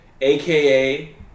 AKA